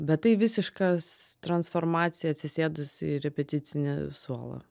bet tai visiškas transformacija atsisėdus į repeticinį suolą